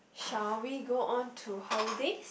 shall we go on to holidays